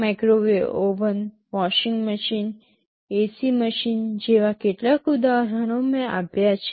microwave oven washing machine AC machine જેવા કેટલાક ઉદાહરણો મેં આપ્યા છે